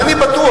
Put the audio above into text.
ואני בטוח,